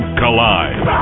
collide